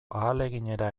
ahaleginera